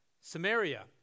Samaria